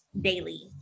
daily